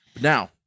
Now